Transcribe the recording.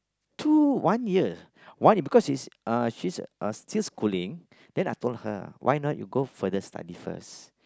two one year one year because she's uh she's uh still schooling then I told her why not you go further studies first